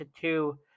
two